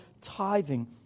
tithing